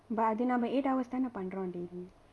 but நாம:naama eight hours தானே பண்றோம் டீ:thaanae panrom dee